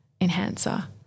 enhancer